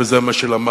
וזה מה שלמדתי,